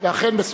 ואכן,